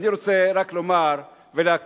אני רוצה רק לומר ולהקריא